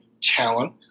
talent